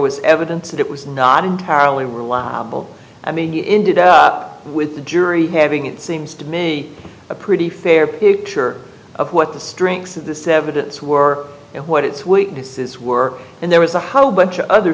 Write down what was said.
was evidence that it was not entirely reliable i mean he ended up with the jury having it seems to me a pretty fair picture of what the strengths of the seven hits were and what its weaknesses were and there was a whole bunch of other